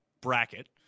bracket